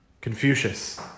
Confucius